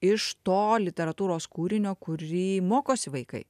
iš to literatūros kūrinio kurį mokosi vaikai